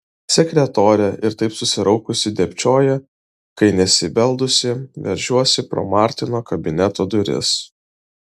sekretorė ir taip susiraukusi dėbčioja kai nesibeldusi veržiuosi pro martino kabineto duris